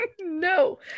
no